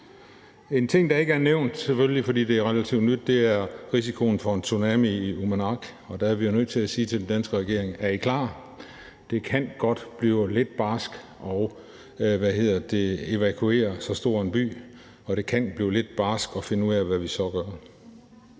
En ting, der ikke er nævnt – selvfølgelig, fordi det er relativt nyt – er risikoen for en tsunami i Uummannaq. Der er vi jo nødt til at sige til den danske regering: Er I klar? Det kan godt blive lidt barskt at evakuere så stor en by, og det kan blive lidt barskt at finde ud af, hvad vi så gør.